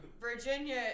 Virginia